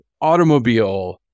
automobile